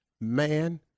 Man